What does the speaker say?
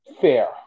fair